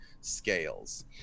scales